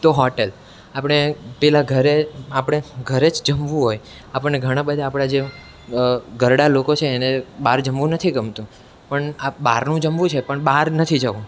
તો હોટેલ આપણે પહેલાં ઘરે આપણે ઘરે જ જમવું હોય આપણને ઘણાં બધા આપણા જે ઘરડા લોકો છે એને બહાર જમવું નથી ગમતું પણ આ બહારનું જમવું છે પણ બહાર નથી જવું